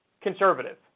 conservative